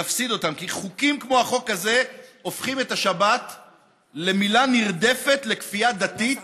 כי חוקים כמו החוק הזה הופכים את השבת למלה נרדפת לכפייה דתית